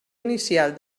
inicial